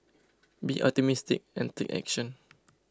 be optimistic and take action